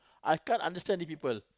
I can't understand these people